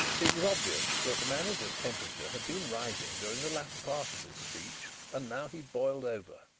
it was obvious that the manager's temperature had been rising during the latter part of this speech and now he boiled over.